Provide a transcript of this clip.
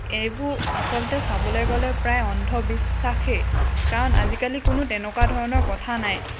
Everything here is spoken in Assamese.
এইবোৰ আচলতে চাবলৈ গ'লে প্ৰায় অন্ধবিশ্বাসেই কাৰণ আজিকালি কোনো তেনেকুৱা ধৰণৰ কথা নাই